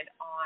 on